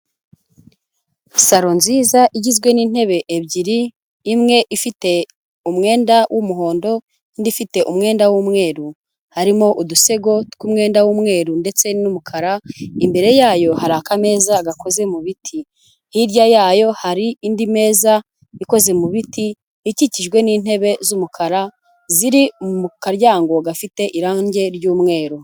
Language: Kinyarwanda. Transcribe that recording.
Salo nziza igizwe n'intebe ebyiri, imwe ifite umwenda w'umuhondo indi ifite umwenda w'umweru, harimo udusego tw'umwenda w'umweru ndetse n'umukara, imbere yayo hari aka ameza gakoze mu biti. Hirya yayo hari indi meza ikoze mu biti ikikijwe n'intebe z'umukara ziri mu karyango gafite irangi ry'umweru.